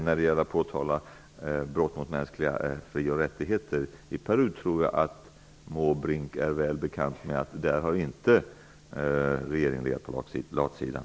När det gäller att påtala brott mot mänskliga fri och rättigheter i Peru tror jag att det är Bertil Måbrink väl bekant att regeringen inte legat på latsidan.